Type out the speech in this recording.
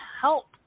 help